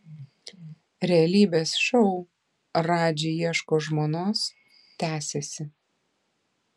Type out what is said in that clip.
realybės šou radži ieško žmonos tęsiasi